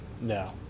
no